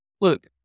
look